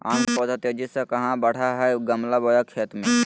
आम के पौधा तेजी से कहा बढ़य हैय गमला बोया खेत मे?